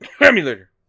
Emulator